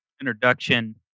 introduction